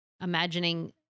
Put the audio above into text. imagining